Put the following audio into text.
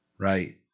Right